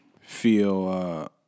feel